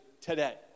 today